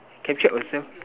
captured yourself